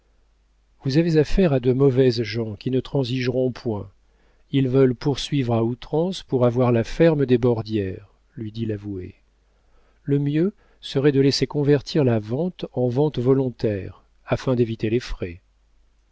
vous avez affaire à de mauvaises gens qui ne transigeront point ils veulent poursuivre à outrance pour avoir la ferme des bordières lui dit l'avoué le mieux serait de laisser convertir la vente en vente volontaire afin d'éviter les frais